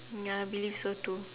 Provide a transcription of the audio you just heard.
ya I believe so too